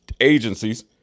Agencies